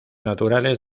naturales